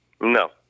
No